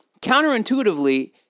Counterintuitively